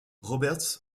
roberts